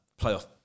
playoff